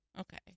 Okay